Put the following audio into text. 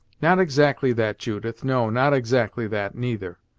not exactly that, judith no, not exactly that, neither!